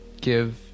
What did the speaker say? give